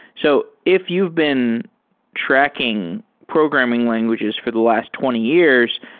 so if you've been tracking programming languages for the last twenty years,